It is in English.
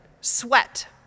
Sweat